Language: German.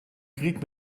krieg